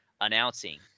announcing